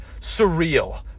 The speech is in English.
Surreal